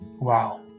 Wow